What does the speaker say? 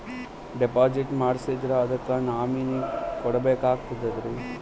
Deposit ಮಾಡ್ಸಿದ್ರ ಅದಕ್ಕ nominee ಕೊಡಬೇಕಾಗ್ತದ್ರಿ?